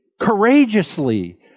courageously